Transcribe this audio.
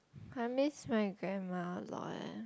I miss my grandma a lot eh